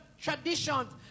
traditions